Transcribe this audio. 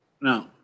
No